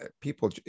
people